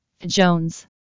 Jones